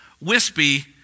wispy